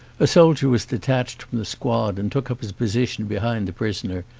a soldier was detached from the squad and took up his position behind the prisoner,